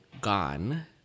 gone